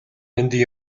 нандин